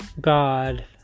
God